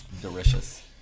Delicious